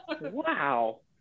Wow